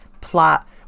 plot